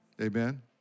Amen